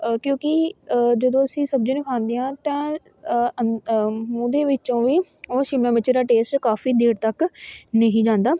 ਕਿਉਂਕਿ ਜਦੋਂ ਅਸੀਂ ਸਬਜ਼ੀ ਨੂੰ ਖਾਂਦੇ ਹਾਂ ਤਾਂ ਅੰਦ ਮੂੰਹ ਦੇ ਵਿੱਚੋਂ ਵੀ ਉਹ ਸ਼ਿਮਲਾ ਮਿਰਚ ਦਾ ਟੇਸਟ ਕਾਫੀ ਦੇਰ ਤੱਕ ਨਹੀਂ ਜਾਂਦਾ